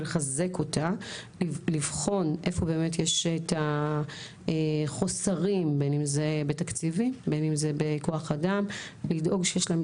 לחזק אותה לבחון איפה יש חוסרים בתקציבים או בכוח אדם ולדאוג שיש להם